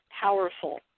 powerful